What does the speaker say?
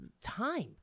time